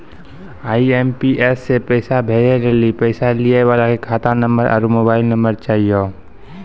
IMPS से पैसा भेजै लेली पैसा लिये वाला के खाता नंबर आरू मोबाइल नम्बर चाहियो